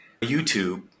YouTube